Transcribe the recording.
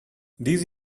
these